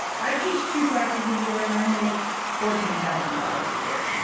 i teach two classes a year and i make fourteen thousand dollars a year.